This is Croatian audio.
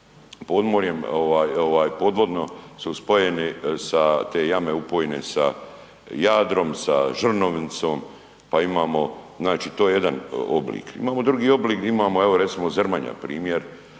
podvodno su spojene sa, te jame upojne sa Jadrom, sa Žrnovnicom, pa imamo znači to je jedan oblik. Imamo drugi oblik gdje imamo, evo recimo Zrmanja primjer,